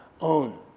own